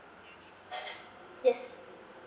yes